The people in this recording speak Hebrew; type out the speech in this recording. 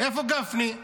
איפה גפני,